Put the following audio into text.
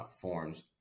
forms